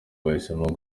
bahisemo